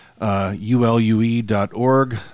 ulue.org